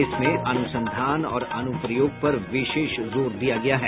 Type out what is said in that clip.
इसमें अनुसंधान और अनुप्रयोग पर विशेष जोर दिया गया है